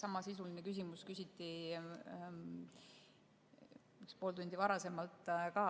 samasisuline küsimus küsiti umbes pool tundi varem ka.